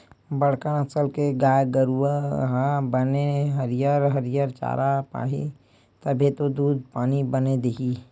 बड़का नसल के गाय गरूवा हर बने हरियर हरियर चारा पाही तभे तो दूद पानी बने दिही